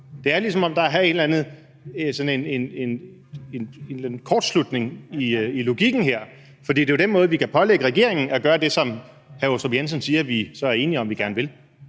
Det er, ligesom om der her er sådan en eller anden kortslutning i logikken. For det er jo på den måde, vi kan pålægge regeringen at gøre det, som hr. Michael Aastrup Jensen siger at vi så er enige om at vi gerne vil.